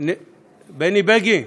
בני בגין,